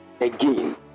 again